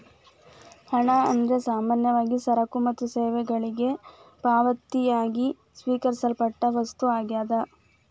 ಹಣ ಅಂದ್ರ ಸಾಮಾನ್ಯವಾಗಿ ಸರಕ ಮತ್ತ ಸೇವೆಗಳಿಗೆ ಪಾವತಿಯಾಗಿ ಸ್ವೇಕರಿಸಲ್ಪಟ್ಟ ವಸ್ತು ಆಗ್ಯಾದ